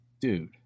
dude